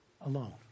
alone